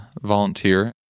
volunteer